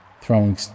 throwing